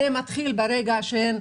אלא זה מתחיל קודם.